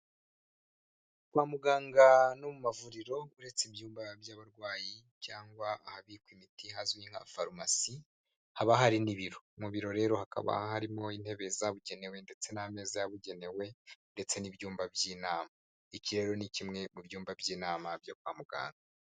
Kwa muganga no mu mavuriro uretse ibyumba by'abarwayi cyangwa ahabikwa imiti hazwi nka farumasi haba hari n'ibiro, mu biro rero hakaba harimo intebe zabugenewe ndetse n'ameza yabugenewe ndetse n'ibyumba by'inama, iki rero ni kimwe mu byumba by'inama byo kwa muganga.